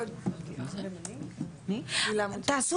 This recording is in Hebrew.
תודה